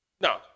Now